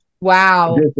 Wow